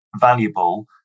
valuable